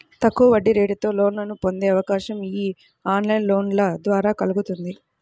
తక్కువ వడ్డీరేటుతో లోన్లను పొందే అవకాశం యీ ఆన్లైన్ లోన్ల ద్వారా కల్గుతుంది